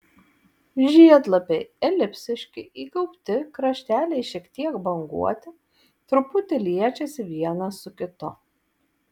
žiedlapiai elipsiški įgaubti krašteliai šiek tiek banguoti truputį liečiasi vienas su kitu